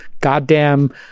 goddamn